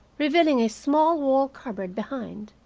revealing a small wall cupboard behind.